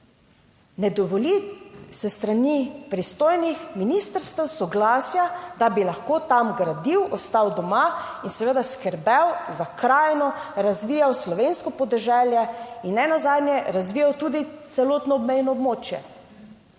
ne dovoli s strani pristojnih ministrstev soglasja, da bi lahko tam gradil, ostal doma in seveda skrbel za krajino, razvijal slovensko podeželje in ne nazadnje razvijal tudi celotno obmejno območje.